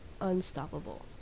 unstoppable